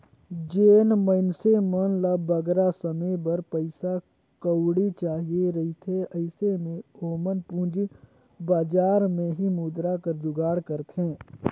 जेन मइनसे मन ल बगरा समे बर पइसा कउड़ी चाहिए रहथे अइसे में ओमन पूंजी बजार में ही मुद्रा कर जुगाड़ करथे